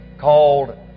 called